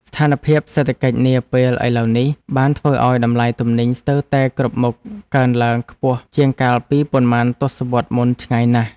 ស្ថានភាពសេដ្ឋកិច្ចនាពេលឥឡូវនេះបានធ្វើឱ្យតម្លៃទំនិញស្ទើរតែគ្រប់មុខកើនឡើងខ្ពស់ជាងកាលពីប៉ុន្មានទសវត្សរ៍មុនឆ្ងាយណាស់។